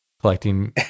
collecting